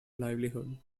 livelihood